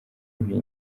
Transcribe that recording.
ibi